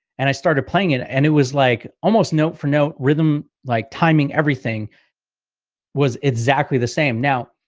and i started playing it. and it was like almost note for note rhythm, like timing, everything was exactly the same. now,